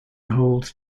hold